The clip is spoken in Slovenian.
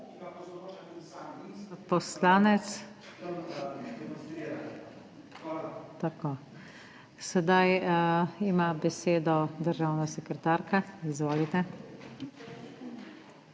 Poslanec. Tako. Sedaj ima besedo državna sekretarka, izvolite.